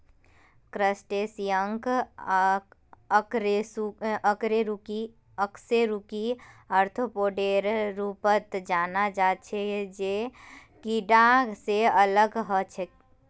क्रस्टेशियंसक अकशेरुकी आर्थ्रोपोडेर रूपत जाना जा छे जे कीडा से अलग ह छे